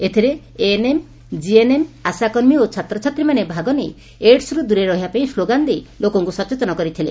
ଏଥିରେ ANM GNM ଆଶାକର୍ମୀ ଓ ଛାତ୍ରଛାତ୍ରୀମାନେ ଭାଗ ନେଇ ଏଡ୍ସ୍ରୁ ଦୂରେଇ ରହିବାପାଇ ସ୍କୋଗାନ ଦେଇ ଲୋକଙ୍କୁ ସଚେତନ କରିଥିଲେ